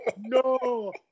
No